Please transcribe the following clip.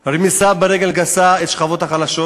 על רמיסה ברגל גסה של השכבות החלשות,